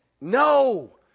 No